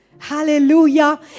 Hallelujah